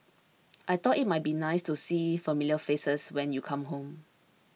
I thought it might be nice to see familiar faces when you come home